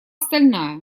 стальная